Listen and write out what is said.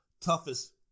toughest